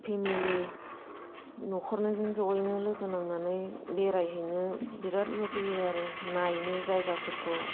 family न'खरनैजों ज'यैनो लोगो नांनानै बेरायहैनो बिराथ लुबैयो आरो नायनो जायगाफोरखौ